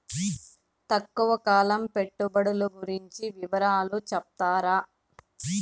తక్కువ కాలం పెట్టుబడులు గురించి వివరాలు సెప్తారా?